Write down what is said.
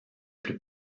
plus